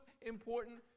important